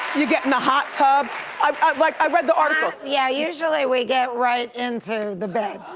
you get in the hot tub, like i read the article. yeah, usually we get right into the bed.